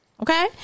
Okay